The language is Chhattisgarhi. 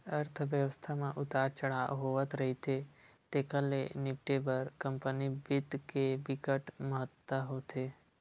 अर्थबेवस्था म उतार चड़हाव होवथ रहिथे तेखर ले निपटे बर कंपनी बित्त के बिकट महत्ता होथे